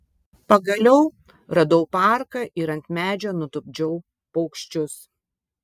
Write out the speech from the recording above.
pagaliau radau parką ir ant medžio nutupdžiau paukščius